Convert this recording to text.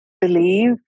believe